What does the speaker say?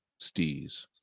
stees